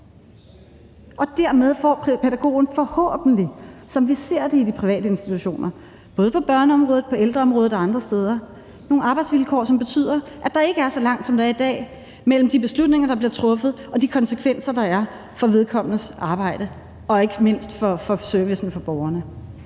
og dermed får pædagogen forhåbentlig – som vi ser det i de private institutioner, både på børneområdet, ældreområdet og andre steder – nogle arbejdsvilkår, som betyder, at der ikke er så langt, som der er i dag, mellem de beslutninger, der bliver truffet, og de konsekvenser, der er for vedkommendes arbejde og ikke mindst for servicen til borgerne.